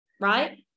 right